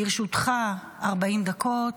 לרשותך 40 דקות.